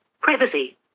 Privacy